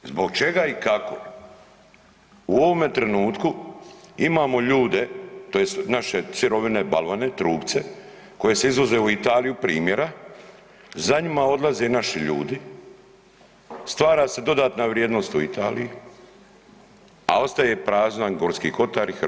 Zbog čega i kako u ovome trenutku imamo ljude tj. naše sirovine, balvane, trupce koji se izvoze u Italiju primjera za njima odlaze naši ljudi, stvara se dodatna vrijednost u Italiji, a ostaje prazan Gorski Kotar i Hrvatska?